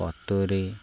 କତୁରୀ